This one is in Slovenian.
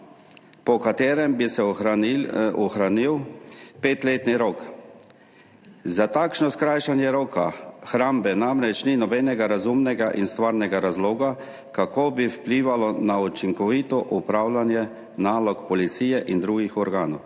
po katerem bi se ohranil petletni rok. Za takšno skrajšanje roka hrambe namreč ni nobenega razumnega in stvarnega razloga, kako bi vplivalo na učinkovito upravljanje nalog policije in drugih organov,